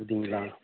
அப்டிங்களா